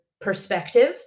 perspective